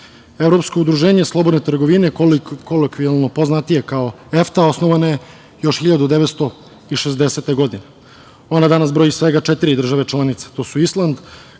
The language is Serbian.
reda. Evropsko udruženje slobodne trgovine, kolokvijalno poznatijeg kao EFTA, osnovano je još 1960. godine. Ono danas broji svega četiri države članice, to su Island,